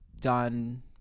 done